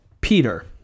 Peter